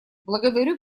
благодарю